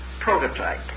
prototype